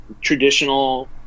traditional